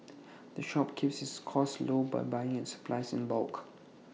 the shop keeps its costs low by buying its supplies in bulk